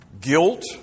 guilt